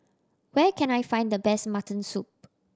where can I find the best mutton soup